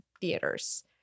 theaters